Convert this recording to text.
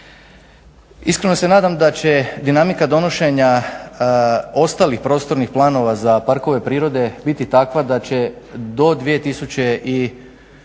Iskreno se nadam da će dinamika donošenja ostalih prostornih planova za parkove prirode biti takva da će do kraja